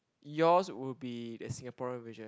yours would be a Singaporean version